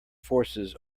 forces